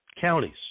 counties